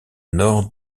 nord